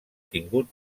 tingut